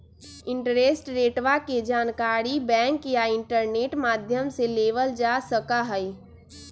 interest रेटवा के जानकारी बैंक या इंटरनेट माध्यम से लेबल जा सका हई